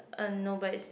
uh no but it's